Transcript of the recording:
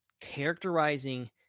characterizing